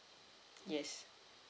yes